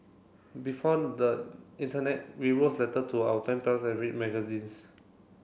before the internet we wrote letter to our pen pals and read magazines